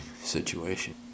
situation